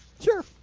sure